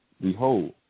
Behold